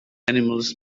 animals